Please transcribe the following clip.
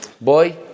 boy